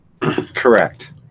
Correct